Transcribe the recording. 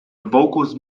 vocals